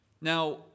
Now